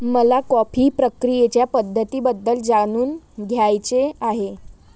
मला कॉफी प्रक्रियेच्या पद्धतींबद्दल जाणून घ्यायचे आहे